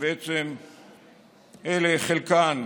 שבעצם חלקן,